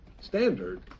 standard